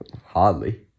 Hardly